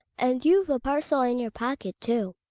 and you've a parcel in your pocket too.